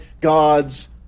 God's